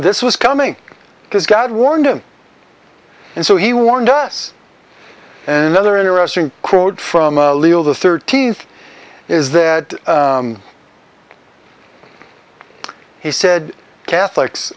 this was coming because god warned him and so he warned us another interesting quote from a little the thirteenth is that he said catholics